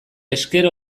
esker